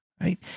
right